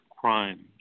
crimes